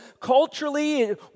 culturally